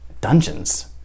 dungeons